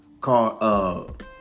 called